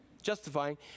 justifying